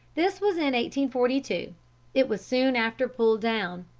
this was in forty two it was soon after pulled down.